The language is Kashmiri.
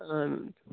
آہَن